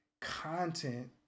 content